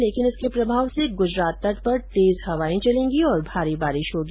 लेकिन इसके प्रभाव से गुजरात तट पर तेज हवाए चलेंगी और भारी बारिश होगी